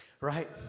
Right